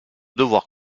devoir